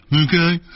okay